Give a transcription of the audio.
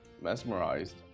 mesmerized